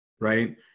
right